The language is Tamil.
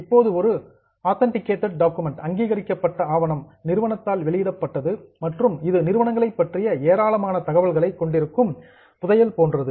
இப்போது இது ஒரு ஆதன்ட்டிக்கேட்டட் டாக்குமெண்ட் அங்கீகரிக்கப்பட்ட ஆவணம் நிறுவனத்தால் வெளியிடப்பட்டது மற்றும் இது நிறுவனங்களைப் பற்றிய ஏராளமான தகவல்களை கொடுக்கும் ட்ரஷர் புதையல் போன்றது